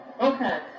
Okay